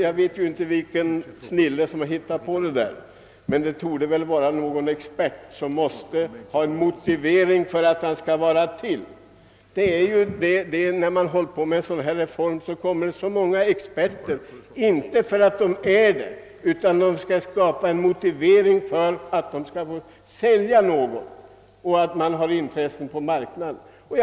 Jag vet ju inte vilket snille som har hittat på det där, men det torde väl vara någon expert som tyckte att han måste ha en motivering för att han skulle finnas till. När man håller på med en sådan reform dyker det upp så många experter, inte för att de verkligen är det, utan för att de skall skapa motiveringar för att få sälja någonting och för att de har intressen på marknaden att tillvarata.